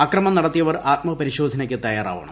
അക്രമം നടത്തിയവർ ആത്മപരിശോധനയ്ക്ക് തയ്യാറാവണം